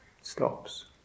stops